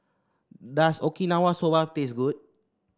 does Okinawa Soba taste good